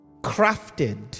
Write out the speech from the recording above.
crafted